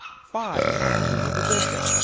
five. tomb of a bishop,